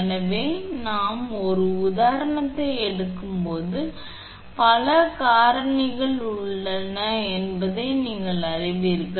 எனவே நாம் ஒரு உதாரணத்தை எடுக்கும் போது பல காரணிகள் உள்ளன என்பதை நீங்கள் அறிவீர்கள்